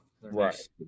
Right